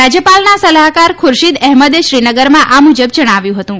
રાજ્યપાલના સલાહકાર ખુરશીદ અહેમદે શ્રીનગરમાં આ મુજબ જણાવ્યું હતું